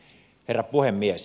herra puhemies